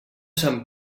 sant